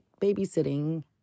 babysitting